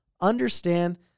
understand